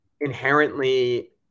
inherently